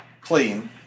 clean